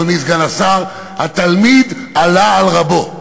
אדוני סגן השר: התלמיד עלה על רבו.